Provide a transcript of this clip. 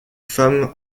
femme